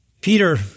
Peter